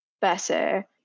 better